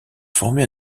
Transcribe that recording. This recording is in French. former